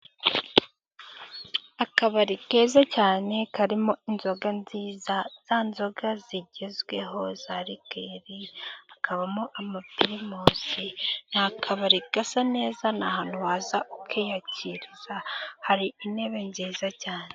Akabari keza cyane karimo inzoga nziza: za nzoga zigezweho za likeri, hakabamo ama pirimusi. Ni akabari gasa neza, ni ahantu haza ukiyakiriza, hari intebe nziza cyane.